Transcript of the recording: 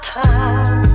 time